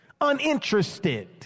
uninterested